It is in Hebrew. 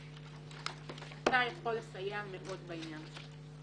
לצערי, אתה יכול לסייע מאוד בעניין הזה.